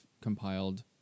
compiled